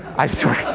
i swear.